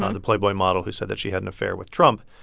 um the playboy model who said that she had an affair with trump.